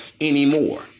anymore